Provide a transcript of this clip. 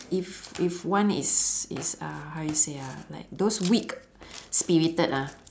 if if one is is uh how you say ah like those weak spirited ah